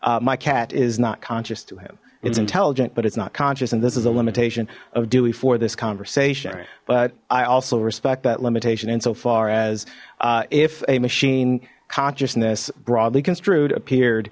my cat is not conscious to him it's intelligent but it's not conscious and this is a limitation of dewey for this conversation but i also respect that limitation insofar as if a machine consciousness broadly construed appeared